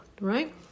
right